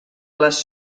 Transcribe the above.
les